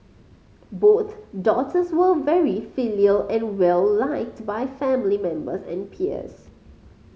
both daughters were very filial and well liked to by family members and peers